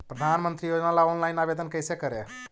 प्रधानमंत्री योजना ला ऑनलाइन आवेदन कैसे करे?